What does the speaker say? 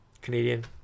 Canadian